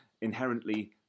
inherently